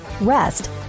Rest